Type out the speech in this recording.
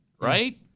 right